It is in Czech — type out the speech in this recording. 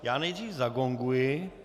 Já nejdřív zagonguji.